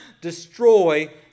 destroy